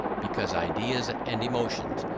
because ideas and emotions,